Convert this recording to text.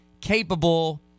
capable